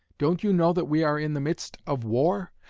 don't you know that we are in the midst of war?